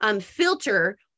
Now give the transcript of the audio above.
Filter